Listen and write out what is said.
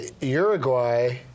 Uruguay